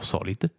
Solid